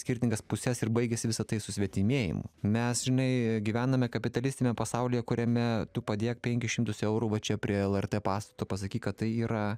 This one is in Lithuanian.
skirtingas puses ir baigiasi visa tai susvetimėjimu mes žinai gyvename kapitalistiniam pasaulyje kuriame tu padėk penkis šimtus eurų va čia prie lrt pastato pasakyk kad tai yra